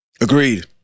Agreed